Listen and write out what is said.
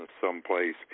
someplace